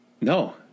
no